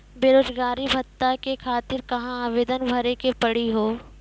बेरोजगारी भत्ता के खातिर कहां आवेदन भरे के पड़ी हो?